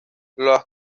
las